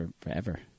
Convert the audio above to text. forever